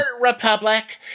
Republic